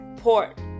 Port